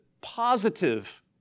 positive